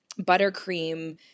buttercream